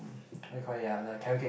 what called it ah the Carrot Cake